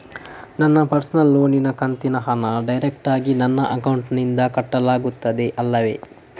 ನನ್ನ ಪರ್ಸನಲ್ ಲೋನಿನ ಕಂತಿನ ಹಣ ಡೈರೆಕ್ಟಾಗಿ ನನ್ನ ಅಕೌಂಟಿನಿಂದ ಕಟ್ಟಾಗುತ್ತದೆ ಅಲ್ಲವೆ?